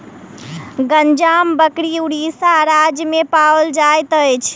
गंजाम बकरी उड़ीसा राज्य में पाओल जाइत अछि